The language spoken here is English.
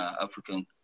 African